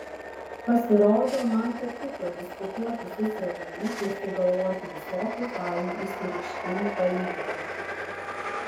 pasirodo man patiko diskutuoti su savimi ir sugalvoti visokių fainų išsireiškimų palyginimų